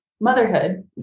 motherhood